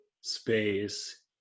space